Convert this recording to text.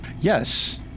Yes